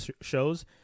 shows